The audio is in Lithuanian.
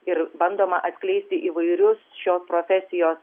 ir bandoma atskleisti įvairius šios profesijos